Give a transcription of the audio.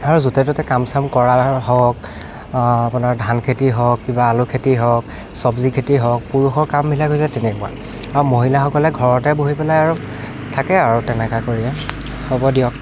আৰু য'তে ত'তে কাম চাম কৰা হওঁক আপোনাৰ ধান খেতি হওঁক কিবা আলু খেতি হওঁক চব্জি খেতি হওঁক পুৰুষৰ কামবিলাক হৈছে তেনেকুৱা আৰু মহিলাসকলে ঘৰতে বহি পেলাই আৰু থাকে আৰু তেনেকুৱা কৰিয়েই হ'ব দিয়ক